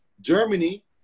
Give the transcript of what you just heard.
Germany